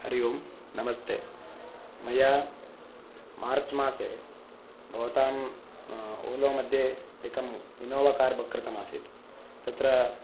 हरि ओं नमस्ते मया मार्च्मासे भवताम् ओलोमध्ये एकम् इनोवा कार् बुक् कृतमासीत् तत्र